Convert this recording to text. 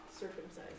circumcised